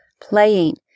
Playing